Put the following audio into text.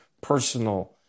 personal